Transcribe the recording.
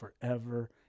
forever